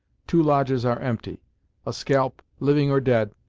two lodges are empty a scalp, living or dead,